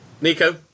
Nico